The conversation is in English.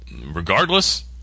Regardless